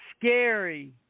scary